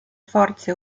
forze